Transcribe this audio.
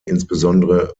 insbesondere